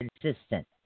consistent